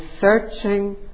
searching